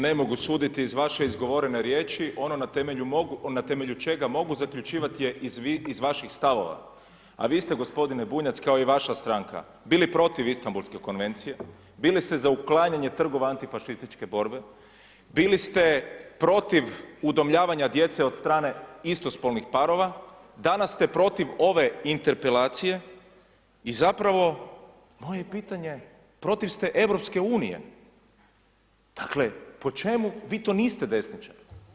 Ne mogu suditi iz vaše izgovorene riječi, ono na temelju čega mogu zaključivati je iz vaših stavova, a vi ste gospodine Bunjac kao i vaša stranka, bili protiv Istambulske konvencije, bili ste za uklanjanje trgova antifašističke borbe, bili ste protiv udomljavanje djece od strane istospolnih parova, danas ste protiv ove interpelacije i zapravo moje je pitanje protiv ste Europske unije, dakle, po čemu vi to niste desničar?